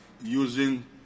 using